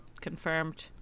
confirmed